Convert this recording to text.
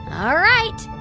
all right.